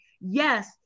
yes